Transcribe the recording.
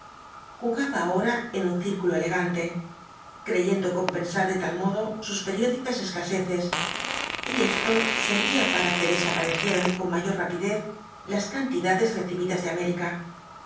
jugaba ahora en un círculo elegante creyendo compensar de tal modo sus periódicas escaseces y esto servía para que desaparecieran con mayor rapidez las cantidades recibidas de américa